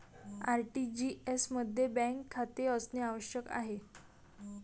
RTGS मध्ये bank खाते असणे आवश्यक आहे